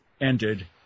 ended